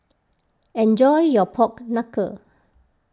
enjoy your Pork Knuckle